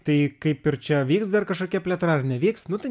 tai kaip ir čia vyks dar kažkokia plėtra ar nevyks nu tai